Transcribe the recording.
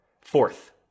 Fourth